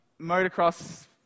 motocross